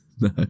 No